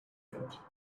yet